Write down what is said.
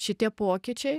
šitie pokyčiai